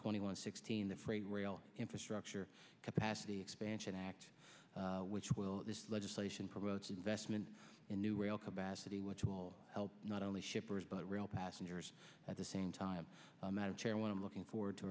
twenty one sixteen the freight rail infrastructure capacity expansion act which will this legislation promotes investment in new rail combat city which will help not only shippers but rail passengers at the same time that a chair when i'm looking forward to